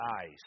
eyes